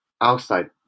outside